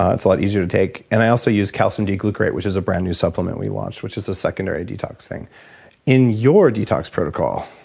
ah it's a lot easier to take and i also use calcium d-glucarate which is a brand new supplement we launched which is a secondary detox thing in your detox protocol,